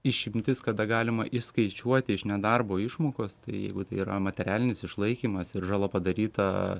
išimtys kada galima išskaičiuoti iš nedarbo išmokos jeigu tai yra materialinis išlaikymas ir žala padaryta